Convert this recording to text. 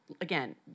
again